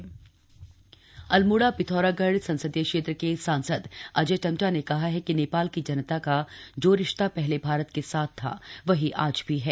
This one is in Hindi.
अजय टम्टा अल्मोड़ा पिथौरागढ़ संसदीय क्षेत्र के सांसद अजय टम्टा ने कहा है कि नेपाल की जनता का जो रिश्ता पहले भारत के साथ था वही आज भी है